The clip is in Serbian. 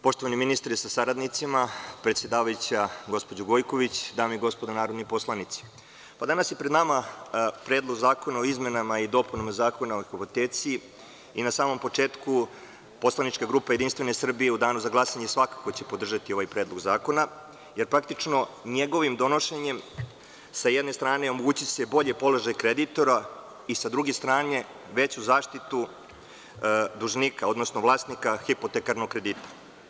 Poštovani ministre sa saradnicima, gospođo Gojković, dame i gospodo narodni posalnici, danas je pred nama Predlog zakona o izmenama i dopunama Zakona o hipoteci i na samom početku poslanička grupa JS u Danu za glasanje svakako će podržati ovaj predlog zakona, jer njegovim donošenjem, sa jedne strane, omogućiće se bolji položaj kreditora i, sa druge strane, veću zaštitu dužnika, odnosno vlasnika hipotekarnog kredita.